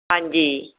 ਹਾਂਜੀ